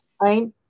right